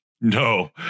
No